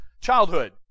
childhood